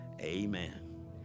Amen